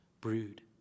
brood